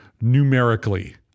numerically